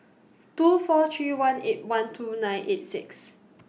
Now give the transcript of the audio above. two four three one eight one two nine eight six